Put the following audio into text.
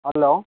hello